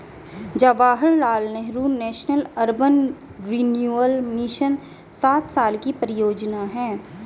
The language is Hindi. Jawaharlal Nehru national urban renewal mission सात साल की परियोजना है